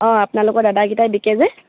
অঁ আপোনালোকৰ দাদাকিটাই বিকে যে